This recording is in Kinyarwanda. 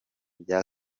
bya